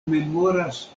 memoras